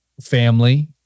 family